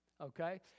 okay